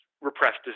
repressed